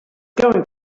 going